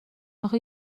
آخه